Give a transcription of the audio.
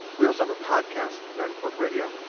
we also have a podcast, gardenfork radio.